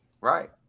Right